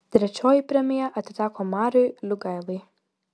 trečioji premija atiteko mariui liugailai